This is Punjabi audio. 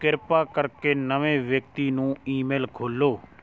ਕਿਰਪਾ ਕਰਕੇ ਨਵੇਂ ਵਿਅਕਤੀ ਨੂੰ ਈਮੇਲ ਖੋਲ੍ਹੋ